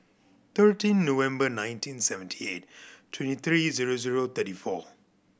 thirteen November nineteen seventy eight twenty three zero zero thirty four